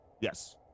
Yes